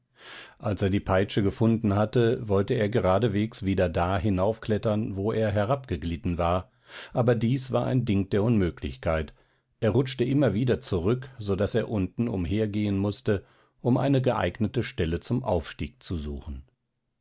als er die peitsche gefunden hatte wollte er geradeswegs wieder da hinaufklettern wo er herabgeglitten war aber dies war ein ding der unmöglichkeit er rutschte immer wieder zurück so daß er unten umhergehen mußte um eine geeignete stelle zum aufstieg zu suchen